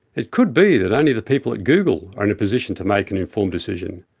it could be that only the people at google are in a position to make an informed decision,